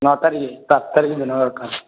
ନଅ ତାରିଖ ସାତ ତାରିଖ ଦିନ ଦରକାର